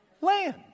Land